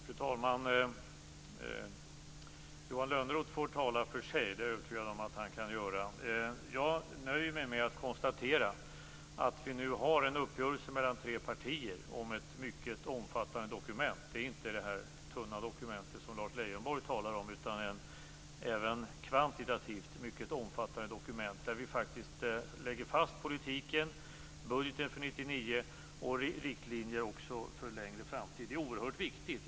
Fru talman! Johan Lönnroth får tala för sig. Det är jag övertygad om att han kan göra. Jag nöjer mig med att konstatera att vi nu har en uppgörelse mellan tre partier om ett mycket omfattande dokument. Det är inte det tunna dokument som Lars Leijonborg talar om utan även kvantitativt ett mycket omfattande dokument där vi faktiskt lägger fast politiken - budgeten för 1999 och riktlinjer också för en längre framtid. Det är är oerhört viktigt.